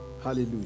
Hallelujah